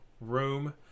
Room